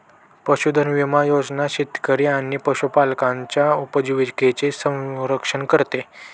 पशुधन विमा योजना शेतकरी आणि पशुपालकांच्या उपजीविकेचे संरक्षण करते